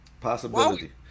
possibility